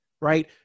right